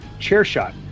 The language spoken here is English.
CHAIRSHOT